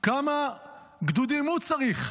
כמה גדודים הוא צריך,